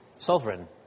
sovereign